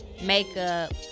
makeup